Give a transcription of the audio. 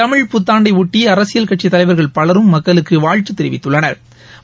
தமிழ் புத்தாண்டையொட்டிஅரசியல்கட்சிதலைவர்கள் பலரும் மக்களுக்குவாழ்த்துதெரிவித்துள்ளனா்